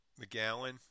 McGowan